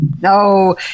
No